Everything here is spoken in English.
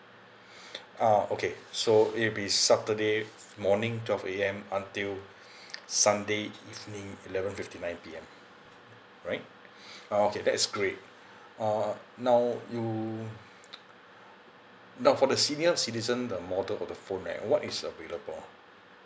ah okay so it would be saturday morning twelve A_M until sunday evening eleven fifty nine P_M right orh okay that is great uh now you now for the senior citizen the model of the phone right what is available